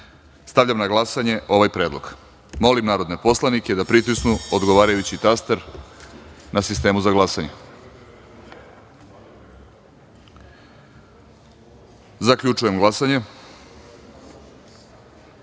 (Ne.)Stavljam na glasanje ovaj predlog. Molim narodne poslanike da pritisnu odgovarajući taster na sistemu za glasanje. Zaključujem glasanje